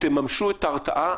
תממשו את ההרתעה,